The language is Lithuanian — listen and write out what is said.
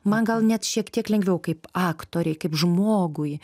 man gal net šiek tiek lengviau kaip aktorei kaip žmogui